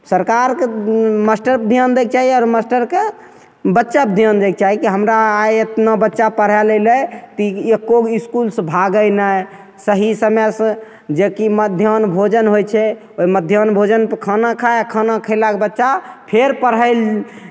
सरकारके मास्टरपर धिआन दैके चाही आओर मास्टरके बच्चापर धिआन दैके चाही कि हमरा आइ एतना बच्चा पढ़ैले अएलै तऽ एको गो इसकुलसे भागै नहि सही समयसे जेकि मध्याह्न भोजन होइ छै ओहि मध्याह्न भोजन खाना खाए आओर खाना खएलक बच्चा फेर पढ़ैले